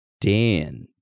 Dan